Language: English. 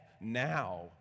now